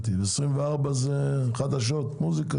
ו-24 זה חדשות, מוזיקה?